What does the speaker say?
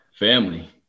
Family